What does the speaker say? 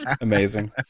Amazing